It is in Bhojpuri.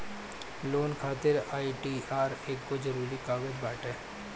लोन खातिर आई.टी.आर एगो जरुरी कागज बाटे